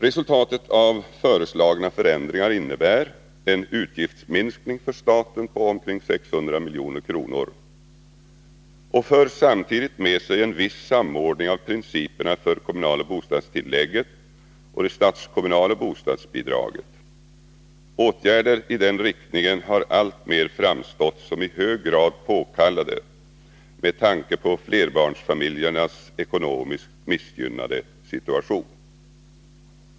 Resultatet av föreslagna förändringar innebär en utgiftsminskning för staten på omkring 600 milj.kr. och medför samtidigt en viss samordning av principerna för det kommunala bostadstillägget och det statskommunala bostadsbidraget. Åtgärder i den riktningen har alltmer framstått som i hög grad påkallade med tanke på flerbarnsfamiljernas ekonomiskt missgynnade situation.